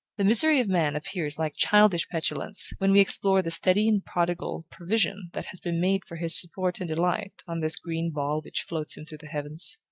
the misery of man appears like childish petulance, when we explore the steady and prodigal provision that has been made for his support and delight on this green ball which floats him through the heavens.